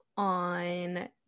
on